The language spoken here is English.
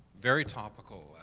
very topical, ah,